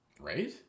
Right